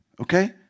Okay